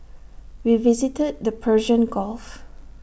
we visited the Persian gulf